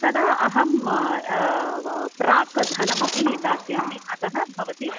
तदा अहं प्राक् धनमपि दास्यामि अतः भवती